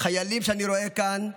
חיילים שאני רואה כאן,